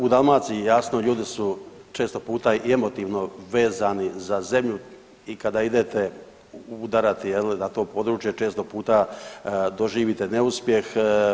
U Dalmaciji jasno ljudi su često puta i emotivno vezani za zemlji i kada idete udarati jel na to područje često puta doživite neuspjeh.